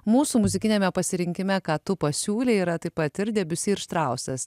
mūsų muzikiniame pasirinkime ką tu pasiūlei yra taip pat ir debiusi ir štrausas